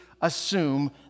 assume